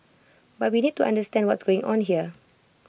but we need to understand what's going on here